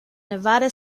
nevada